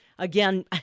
Again